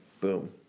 Boom